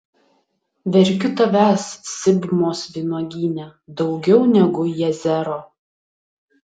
verkiu tavęs sibmos vynuogyne daugiau negu jazero